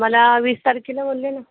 आम्हाला वीस तारखेला बोलले ना